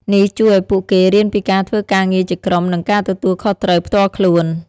នេះជួយឲ្យពួកគេរៀនពីការធ្វើការងារជាក្រុម និងការទទួលខុសត្រូវផ្ទាល់ខ្លួន។